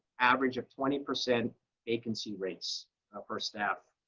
average of twenty percent vacancy rates for staff.